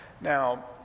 Now